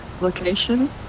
location